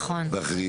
ואחרים.